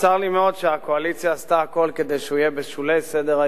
וצר לי מאוד שהקואליציה עשתה הכול כדי שהוא יהיה בשולי סדר-היום,